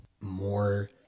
more